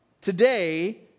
today